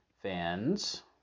fans